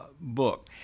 book